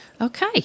Okay